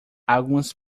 algumas